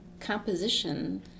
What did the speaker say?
composition